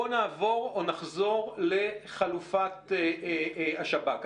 בואו נעבור או נחזור לחלופת השב"כ.